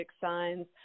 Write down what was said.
signs